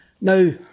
Now